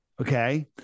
Okay